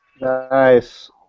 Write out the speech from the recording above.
nice